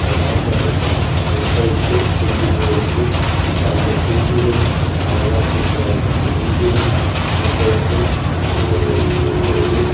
அதை வளர்க்க வளர்க்க முட்டையிட்டு குஞ்சு பொறித்து இப்போ அந்த குஞ்சுகள் அழகாக சூப்பராக இருக்குது அந்த குஞ்சுகளும் முட்டையிட்டு இருக்கிறது